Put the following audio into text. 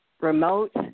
remote